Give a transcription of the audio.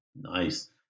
Nice